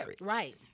Right